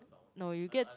no you get